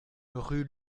rue